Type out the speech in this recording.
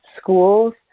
schools